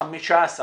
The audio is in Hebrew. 15,